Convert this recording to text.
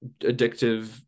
addictive